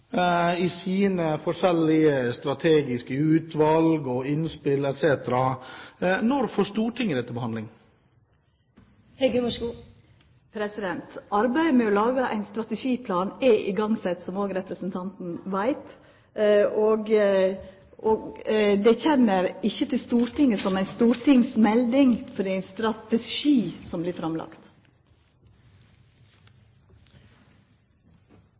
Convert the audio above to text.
i sine forskjellige strategiske utvalg og innspill etc. Når får Stortinget det til behandling? Arbeidet med å laga ein strategiplan er sett i gang, som òg representanten veit. Det kjem ikkje til Stortinget som ei stortingsmelding, for det er ein strategi som